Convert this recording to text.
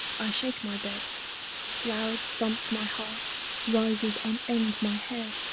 i shake my bed loud thumps my heart rises on end my hair!